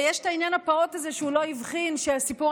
יש העניין הפעוט הזה שהוא לא הבחין שהסיפור